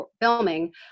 filming